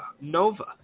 Nova